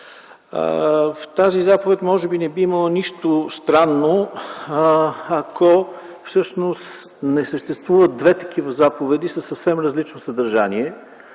В тази заповед не би имало нищо странно, ако не съществуват две такива заповеди със съвсем различно съдържание,